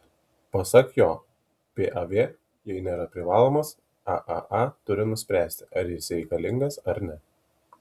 pasak jo pav jai nėra privalomas aaa turi nuspręsti ar jis reikalingas ar ne